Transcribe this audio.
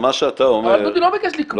אבל דודי לא ביקש לקבוע,